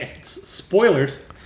Spoilers